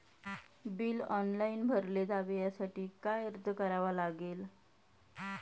Bill online भरले जावे यासाठी काय अर्ज करावा लागेल?